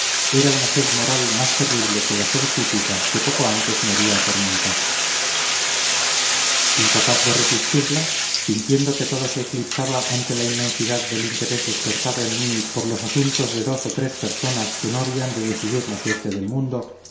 era una sed moral más terrible que la sed física que poco antes me había atormentado incapaz de resistirla sintiendo que todo se eclipsaba ante la inmensidad del interés despertado en mí por los asuntos de dos otres personas que no habían de decidir la suerte del mundo